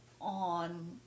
on